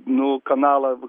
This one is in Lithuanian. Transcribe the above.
nu kanalą